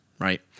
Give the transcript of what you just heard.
right